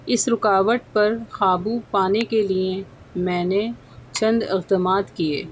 اس رکاوٹ پر قابو پانے کے لیے میں نے چند اقدمات کیے